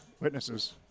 witnesses